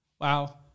wow